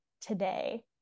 today